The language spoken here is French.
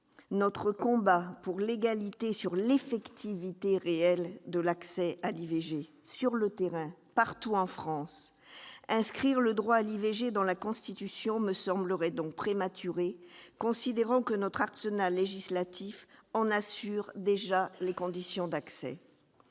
notre combat pour l'égalité sur l'effectivité réelle de l'accès à l'IVG sur le terrain, partout en France. Inscrire le droit à l'IVG dans la Constitution me semblerait prématuré, considérant que notre arsenal législatif en assure déjà les conditions d'accès.